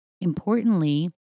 importantly